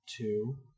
two